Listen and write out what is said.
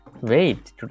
Wait